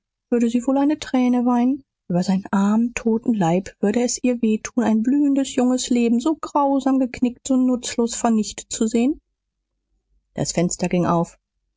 würde sie wohl eine träne weinen über seinen armen toten leib würde es ihr weh tun ein blühendes junges leben so grausam geknickt so nutzlos vernichtet zu sehen das fenster ging auf